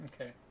Okay